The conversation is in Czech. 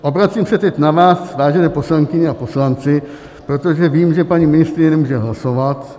Obracím se teď na vás, vážené poslankyně a poslanci, protože vím, že paní ministryně nemůže hlasovat.